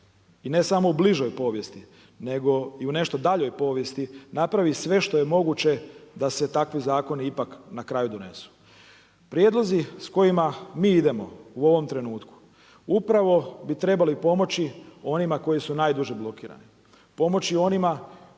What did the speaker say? i ne samo u bližoj povijesti, nego i u nešto daljoj povijesti, napravi sve što je moguće da se takvi zakoni ipak na kraju donesu. Prijedlozi s kojima mi idemo u ovom trenutku, upravo bi trebali pomoći onima koji su najduže blokirani. Pomoći onima koji nemaju nikakva